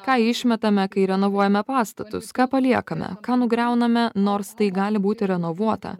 ką išmetame kai renovuojame pastatus ką paliekame ką nugriauname nors tai gali būti renovuota